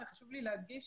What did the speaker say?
חשוב לי להדגיש